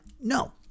No